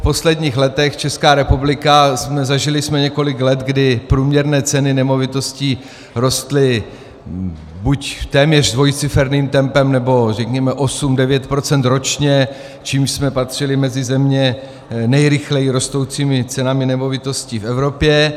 V posledních letech jsme v České republice zažili několik let, kdy průměrné ceny nemovitostí rostly buď téměř dvojciferným tempem, nebo řekněme osm devět procent ročně, čímž jsme patřili mezi země s nejrychleji rostoucími cenami nemovitostí v Evropě.